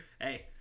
Hey